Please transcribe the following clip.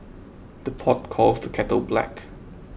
the pot calls the kettle black